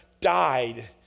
died